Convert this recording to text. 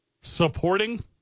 supporting